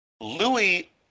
Louis